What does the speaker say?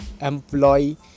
employee